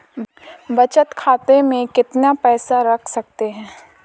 बचत खाते में कितना पैसा रख सकते हैं?